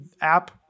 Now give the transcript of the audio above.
app